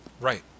Right